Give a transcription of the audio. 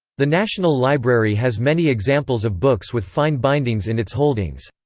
the national library has many examples of books with fine bindings in its holdings.